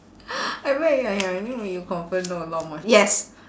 I read it on your anyway you confirm know a lot more yes